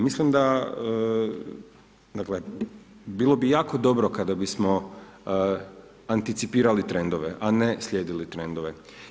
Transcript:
Mislim da, dakle bilo bi jako dobro kada bismo anticipirali trendove a ne slijedili trendove.